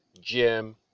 Jim